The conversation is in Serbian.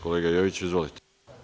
Kolega Jojiću, izvolite.